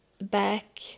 back